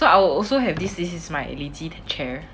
so I'll also have this this is my lazy chair